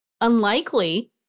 unlikely